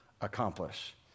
accomplish